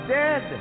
dead